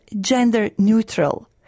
gender-neutral